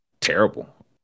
terrible